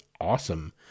awesome